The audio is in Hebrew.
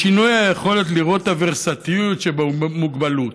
בשינוי היכולת לראות את הוורסטיליות שבמוגבלות,